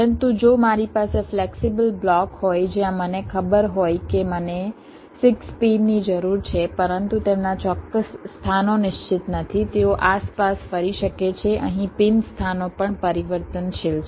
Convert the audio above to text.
પરંતુ જો મારી પાસે ફ્લેક્સિબલ બ્લોક હોય જ્યાં મને ખબર હોય કે મને 6 પિનની જરૂર છે પરંતુ તેમના ચોક્કસ સ્થાનો નિશ્ચિત નથી તેઓ આસપાસ ફરી શકે છે અહીં પિન સ્થાનો પણ પરિવર્તનશીલ છે